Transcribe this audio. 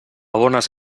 bones